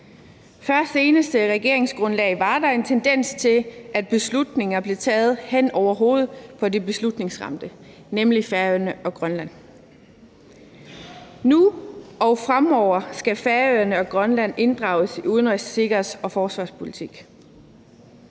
Før det seneste regeringsgrundlag var der en tendens til, at beslutninger blev taget hen over hovedet på de beslutningsramte, nemlig Færøerne og Grønland. Nu og fremover skal Færøerne og Grønland inddrages i udenrigs-, sikkerheds- og forsvarspolitikken.